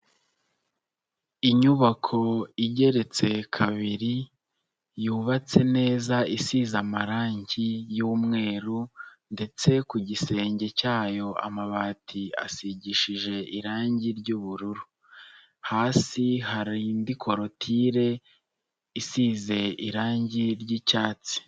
Inyubako igeretse kabiri, yubatse neza isize amarangi y'umweru ndetse ku gisenge cyayo amabati asigishije irangi ry'ubururu. Hasi hari indi korotire, isize irangi ry'icyatsi.